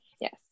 Yes